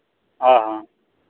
ᱦᱮᱸ ᱦᱮᱸ